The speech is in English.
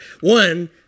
One